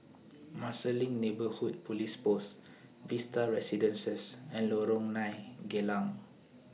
Marsiling Neighbourhood Police Post Vista Residences and Lorong nine Geylang